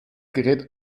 gerät